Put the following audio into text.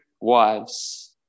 wives